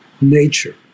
nature